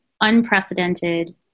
unprecedented